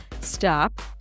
stop